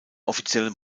offiziellen